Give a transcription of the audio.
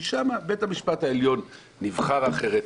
כי שם בית המשפט העליון נבחר אחרת.